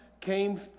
came